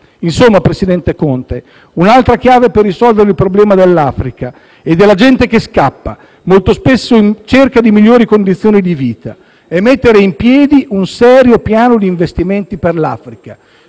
Insomma, presidente Conte, un'altra chiave per risolvere il problema dell'Africa e della gente che scappa, molto spesso in cerca di migliori condizioni di vita, e mettere in piedi un serio piano di investimenti per l'Africa.